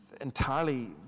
entirely